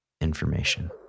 information